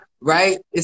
right